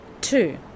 two